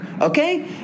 okay